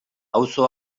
auzo